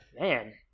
Man